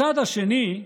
הצעד השני,